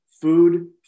Food